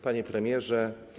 Panie Premierze!